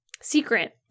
secret